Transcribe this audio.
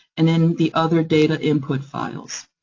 and in the other data input files.